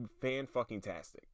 fan-fucking-tastic